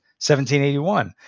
1781